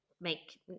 make